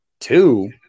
two